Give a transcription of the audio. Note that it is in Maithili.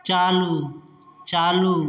चालू चालू